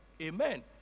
Amen